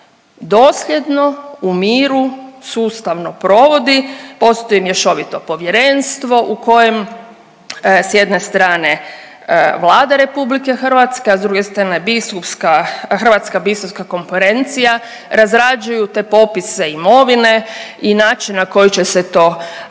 dosljedno u miru sustavno provodi. Postoji mješovito povjerenstvo u kojem s jedne strane Vlada RH, a s druge strane biskupska, Hrvatska biskupska konferencija razrađuju te popise imovine i način na koji će se to razriješiti.